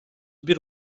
bir